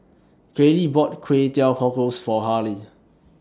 Kaylee bought Kway Teow Cockles For Harley